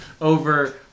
over